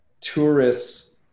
tourists